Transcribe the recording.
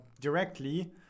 directly